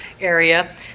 area